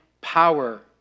power